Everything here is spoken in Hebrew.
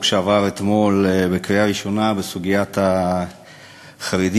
שעבר אתמול בקריאה ראשונה בסוגיית החרדים,